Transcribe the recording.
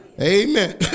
Amen